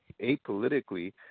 apolitically